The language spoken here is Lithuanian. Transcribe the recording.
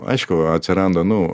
aišku atsiranda nu